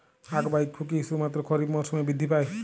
আখ বা ইক্ষু কি শুধুমাত্র খারিফ মরসুমেই বৃদ্ধি পায়?